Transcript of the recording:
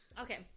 Okay